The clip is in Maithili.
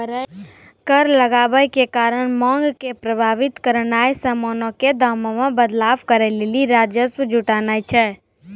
कर लगाबै के कारण मांग के प्रभावित करनाय समानो के दामो मे बदलाव करै लेली राजस्व जुटानाय छै